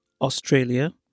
Australia